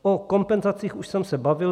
O kompenzacích už jsem se bavil.